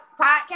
podcast